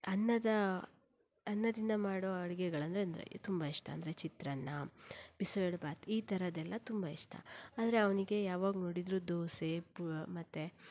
ಅನ್ನದ ಅನ್ನದಿಂದ ಮಾಡೋ ಅಡುಗೆಗಳಂದರೆ ತುಂಬ ಇಷ್ಟ ಅಂದರೆ ಚಿತ್ರಾನ್ನ ಬಿಸಿಬೇಳೆಭಾತ್ ಈ ಥರದ್ದೆಲ್ಲ ತುಂಬ ಇಷ್ಟ ಆದರೆ ಅವನಿಗೆ ಯಾವಾಗ ನೋಡಿದರೂ ದೋಸೆ ಪೂ ಮತ್ತು